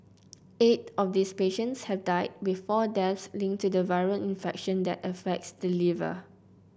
eight of these patients have died with four deaths linked to the viral infection that affects the liver